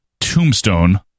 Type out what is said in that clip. Tombstone